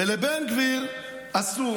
ולבן גביר אסור.